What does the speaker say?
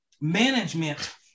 management